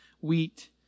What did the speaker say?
wheat